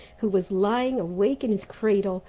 who was lying awake in his cradle,